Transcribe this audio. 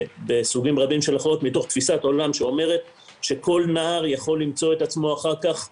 מתוך תפיסת עולם שאומרת שכל נער יכול למצוא את עצמו אחר כך רופא,